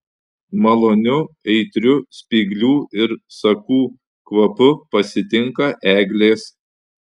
maloniu aitriu spyglių ir sakų kvapu pasitinka eglės